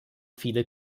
viele